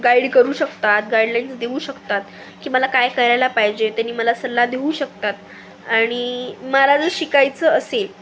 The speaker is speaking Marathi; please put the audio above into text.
गाईड करू शकतात गाईडलाईन्स देऊ शकतात की मला काय करायला पाहिजे त्यांनी मला सल्ला देऊ शकतात आणि मला जर शिकायचं असेल